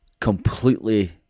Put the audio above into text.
completely